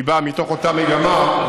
שבאה מתוך אותה מגמה,